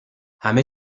همه